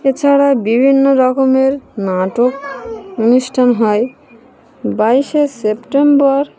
এছাড়া বিভিন্ন রকমের নাটক অনুষ্ঠান হয় বাইশে সেপ্টেম্বর